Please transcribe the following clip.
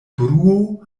bruo